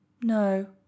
No